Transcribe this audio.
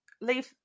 leave